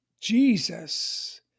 Jesus